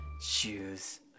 shoes